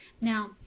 Now